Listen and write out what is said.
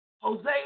Jose